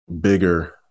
bigger